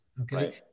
okay